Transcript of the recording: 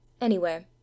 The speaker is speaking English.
Anywhere